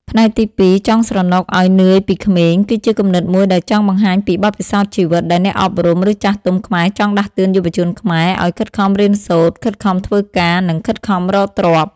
ផ្នែកទី២«ចង់ស្រណុកឱ្យនឿយពីក្មេង» គឺជាគំនិតមួយដែលចង់បង្ហាញពីបទពិសោធន៍ជីវិត ដែលអ្នកអប់រំ ឬចាស់ទុំខ្មែរចង់ដាស់តឿនយុវជនខ្មែរឱ្យខិតខំរៀនសូត្រ ខិតខំធ្វើការ និងខិតខំរកទ្រព្យ។